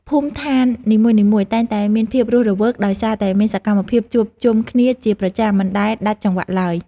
ភូមិដ្ឋាននីមួយៗតែងតែមានភាពរស់រវើកដោយសារតែមានសកម្មភាពជួបជុំគ្នាជាប្រចាំមិនដែលដាច់ចង្វាក់ឡើយ។